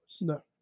No